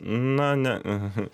na ne